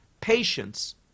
patience